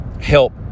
help